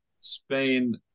Spain